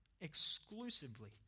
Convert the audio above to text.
exclusively